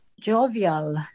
Jovial